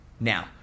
Now